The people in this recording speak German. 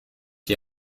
die